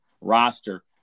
roster